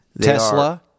Tesla